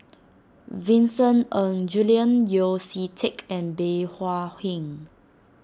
Vincent Ng Julian Yeo See Teck and Bey Hua Heng